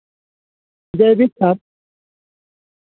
ᱡᱳᱭᱵᱤᱠ ᱥᱟᱨ